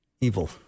evil